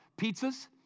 pizzas